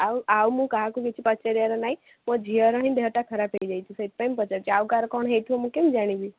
ଆଉ ଆଉ ମୁଁ କାହାକୁ କିଛି ପଚାରିବାର ନାହିଁ ମୋ ଝିଅର ହିଁ ଦେହଟା ଖରାପ ହେଇଯାଇଛି ସେଇଥିପାଇଁ ପଚାରୁଛି ଆଉ କାହାର କ'ଣ ହେଇଥିବ ମୁଁ କେମିତି ଜାଣିବି